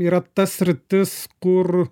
yra ta sritis kur